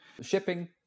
shipping